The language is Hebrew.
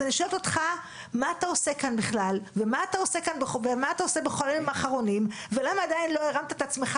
אז אני שואלת אותך מה אתה עושה כאן בכלל ולמה עדיין לא הרמת את עצמך